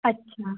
अच्छा